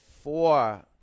Four